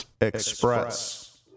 Express